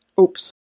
Oops